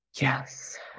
Yes